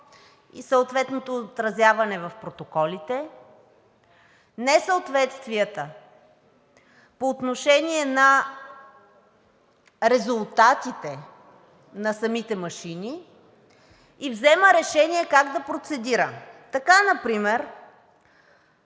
и съответното отразяване в протоколите, несъответствията по отношение на резултатите на самите машини и взема решение как да процедира. Така например